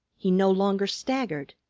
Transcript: he no longer staggered.